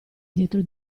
dietro